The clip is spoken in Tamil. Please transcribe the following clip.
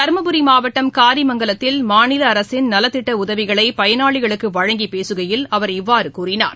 தர்மபுரி மாவட்டம் காரிமங்கலத்தில் மாநில அரசின் நலத்திட்ட உதவிகளை பயனாளிகளுக்கு வழங்கி பேசுகையில் அவர் இவ்வாறு கூறினார்